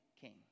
king